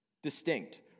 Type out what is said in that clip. Distinct